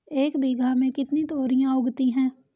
एक बीघा में कितनी तोरियां उगती हैं?